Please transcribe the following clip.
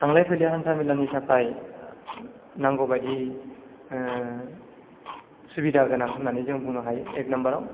थांलाय फैलाय हान्था मेलानि थाखाय नांगौ बादि सुबिदा गोनां होननानै जों बुंनो हायो एक नाम्बाराव